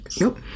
nope